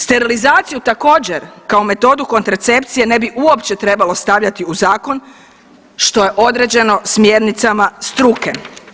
Sterilizaciju također kao metodu kontracepcije ne bi uopće trebalo stavljati u zakon, što je određeno smjernicama struke.